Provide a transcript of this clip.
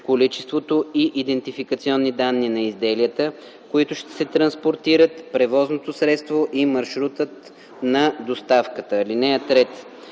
количеството и идентификационни данни на изделията, които се транспортират, превозното средство и маршрут на доставката. (3)